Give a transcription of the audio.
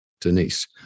Denise